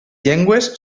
llengües